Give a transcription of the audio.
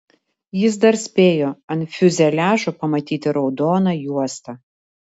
jis dar spėjo ant fiuzeliažo pamatyti raudoną juostą